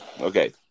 Okay